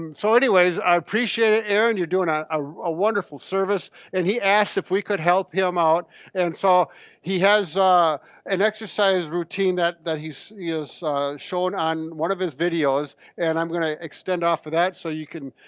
um so anyways i appreciate it, aaron you're doing ah ah a wonderful service and he asked if we could help him out and so he has a an exercise routine that that he's is shown on one of his videos and i'm gonna extend off of that so you can,